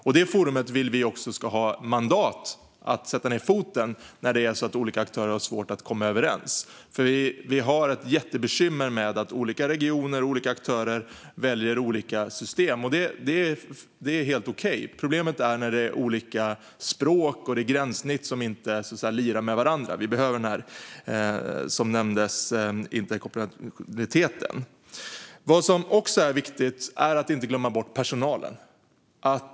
Detta forum ska också ha mandat att sätta ned foten när olika aktörer har svårt att komma överens. Att olika regioner och olika aktörer väljer olika system är okej, men det blir problem när olika språk och gränssnitt inte lirar med varandra. Som nämndes behövs interkompabilitet. Vi får inte glömma bort personalen.